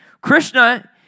Krishna